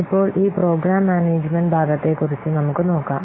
ഇപ്പോൾ ഈ programme management ഭാഗത്തെക്കുറിച്ച് നമുക്ക് നോക്കാം